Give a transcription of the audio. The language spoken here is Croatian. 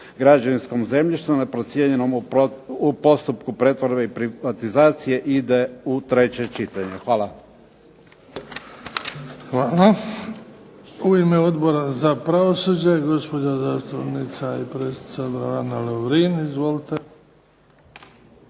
građevinskom zemljištu neprocijenjenom u postupku pretvorbe i privatizacije ide u treće čitanje. Hvala. **Bebić, Luka (HDZ)** Hvala. U ime Odbora za pravosuđe gospođa zastupnica i predsjednica Odbora Ana Lovrin. Izvolite.